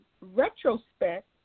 retrospect